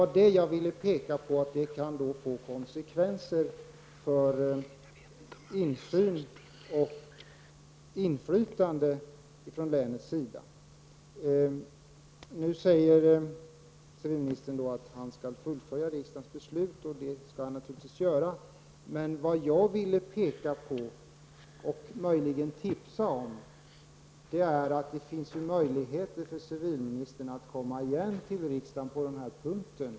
Jag vill peka på att det kan få konsekvenser för insyn och inflytande från länets sida. Civilministern säger att han skall fullfölja riksdagens beslut, och det skall han naturligtvis göra. Vad jag ville påpeka och möjligen tipsa om var att det finns möjligheter för civilministern att återkomma till riksdagen i det här ärendet.